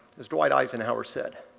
as dwight eisenhower said,